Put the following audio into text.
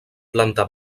planta